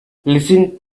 listen